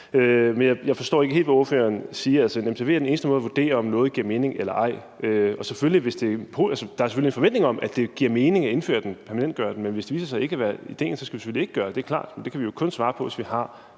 Men jeg forstår ikke helt, hvad ordføreren siger. Altså, en MTV er den eneste måde at vurdere, om noget giver mening eller ej. Der er selvfølgelig en forventning om, at det giver mening at indføre den og permanentgøre den, men hvis det viser sig ikke være en god idé, skal vi selvfølgelig ikke gøre det. Det er klart, men det kan vi jo kun svare på, hvis vi har